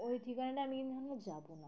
ওই ঠিকানাটা আমি কিন্তু ধরো যাবো না